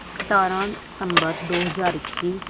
ਸਤਾਰਾਂ ਸਤੰਬਰ ਦੋ ਹਜ਼ਾਰ ਇੱਕੀ